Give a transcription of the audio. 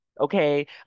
okay